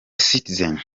citizen